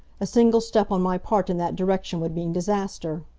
a single step on my part in that direction would mean disaster.